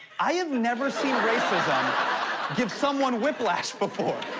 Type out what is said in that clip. i have never seen racism give someone whiplash before.